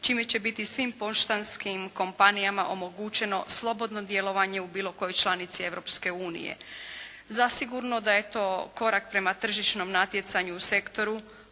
čime će biti svim poštanskim kompanijama omogućeno slobodno djelovanje u bilo kojoj članici Europske unije. Zasigurno da je to korak prema tržišnom natjecanju u sektoru